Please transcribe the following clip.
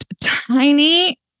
tiny